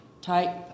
type